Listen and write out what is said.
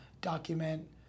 document